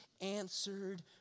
answered